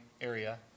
area